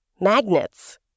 Magnets